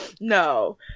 No